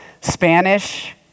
Spanish